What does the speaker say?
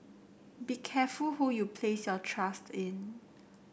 be careful who you place your trust in